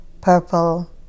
purple